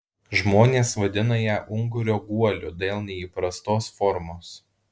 žmonės vadina ją ungurio guoliu dėl neįprastos formos